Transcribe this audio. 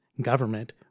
government